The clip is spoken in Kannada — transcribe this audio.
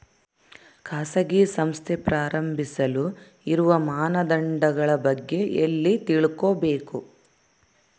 ಖಾಸಗಿ ಸಂಸ್ಥೆ ಪ್ರಾರಂಭಿಸಲು ಇರುವ ಮಾನದಂಡಗಳ ಬಗ್ಗೆ ಎಲ್ಲಿ ತಿಳ್ಕೊಬೇಕು?